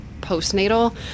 postnatal